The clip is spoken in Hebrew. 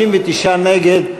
59 נגד.